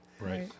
Right